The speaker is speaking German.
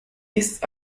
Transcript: ist